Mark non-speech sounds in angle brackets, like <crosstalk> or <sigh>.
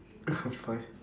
<laughs> five